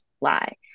lie